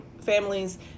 families